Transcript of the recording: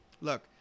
look